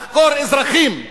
לחקור אזרחים.